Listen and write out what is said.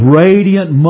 radiant